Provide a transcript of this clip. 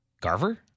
Garver